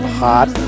hot